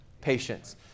Patience